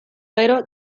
gero